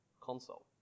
console